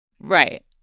Right